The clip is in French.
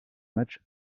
matchs